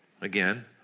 Again